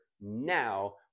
now